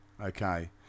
Okay